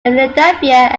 philadelphia